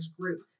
group